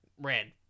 red